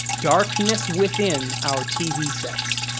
darkness within our tv sets.